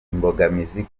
imbogamizi